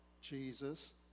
Jesus